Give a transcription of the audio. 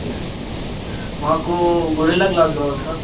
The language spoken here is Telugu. మాకు గొరిల్లా గ్లాస్ కావాలి సార్